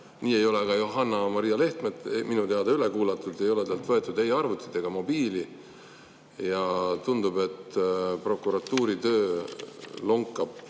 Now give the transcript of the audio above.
Nii ei ole ka Johanna-Maria Lehtmet minu teada üle kuulatud, ei ole talt võetud ära ei arvutit ega mobiili. Tundub, et prokuratuuri töö lonkab